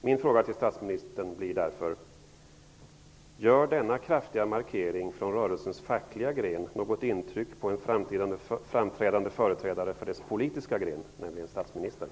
Min fråga till statsministern blir därför: Gör denna kraftiga markering från rörelsens fackliga gren något intryck på en framträdande företrädare för dess politiska gren, nämligen statsministern?